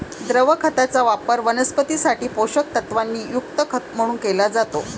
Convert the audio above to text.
द्रव खताचा वापर वनस्पतीं साठी पोषक तत्वांनी युक्त खत म्हणून केला जातो